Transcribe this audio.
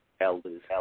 elders